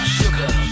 sugar